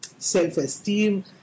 self-esteem